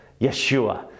yeshua